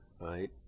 right